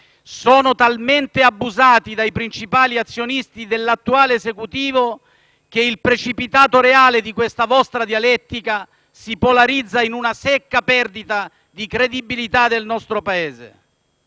sono talmente abusati dai principali azionisti dell'attuale Esecutivo che il precipitato reale di questa vostra dialettica si polarizza in una secca perdita di credibilità del nostro Paese.